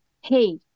hey